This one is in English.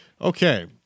okay